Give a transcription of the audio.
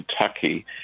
Kentucky